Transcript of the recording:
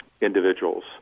individuals